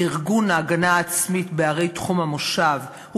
בארגון ההגנה העצמית בערי תחום המושב הוא